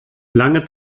lange